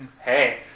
hey